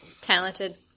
Talented